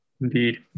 Indeed